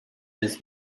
this